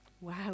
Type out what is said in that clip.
Wow